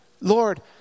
Lord